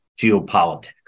geopolitics